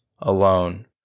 alone